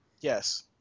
Yes